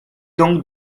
donc